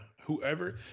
Whoever